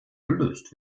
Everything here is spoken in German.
gelöst